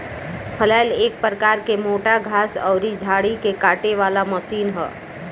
फलैल एक प्रकार के मोटा घास अउरी झाड़ी के काटे वाला मशीन ह